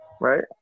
Right